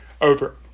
over